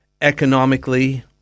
economically